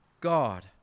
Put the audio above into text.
God